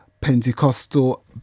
pentecostal